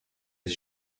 his